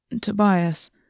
Tobias